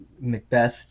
Macbeth